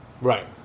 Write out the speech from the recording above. Right